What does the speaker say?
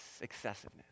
excessiveness